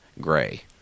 gray